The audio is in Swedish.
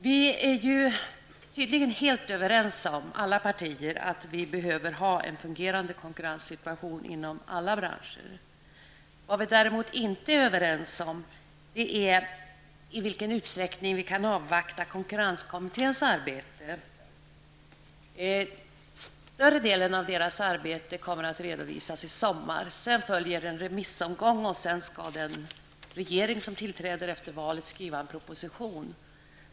Vi är ju tydligen inom alla partier helt överens om att vi behöver ha en fungerande konkurrenssituation inom alla branscher. Vad vi däremot inte är överens om är i vilken utsträckning vi kan avvakta konkurrenskommitténs arbete. Större delen av dess arbete kommer att redovisas i sommar. Sedan följer en remissomgång, och därefter skall den regering som tillträder efter valet skriva en proposition.